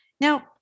Now